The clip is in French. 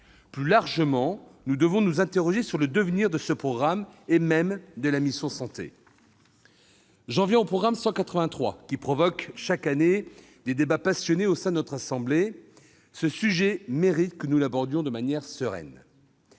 Plus largement, nous devons nous interroger sur le devenir de ce programme, et même sur celui de la mission « Santé ». J'en viens au programme 183, qui provoque, chaque année, des débats passionnés au sein de notre assemblée. Ce sujet mérite que nous l'abordions de manière sereine.